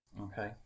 Okay